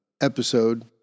episode